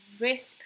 risk